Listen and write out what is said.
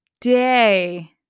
day